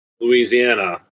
Louisiana